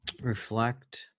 Reflect